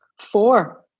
Four